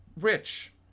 Rich